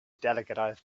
telegraph